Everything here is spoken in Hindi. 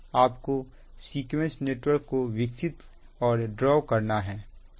आपको सीक्वेंस नेटवर्क को विकसित और ड्रॉ करना है